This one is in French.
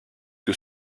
que